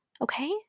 Okay